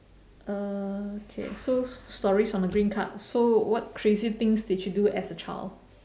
uh K so stories on the green card so what crazy things did you do as a child